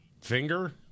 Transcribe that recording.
finger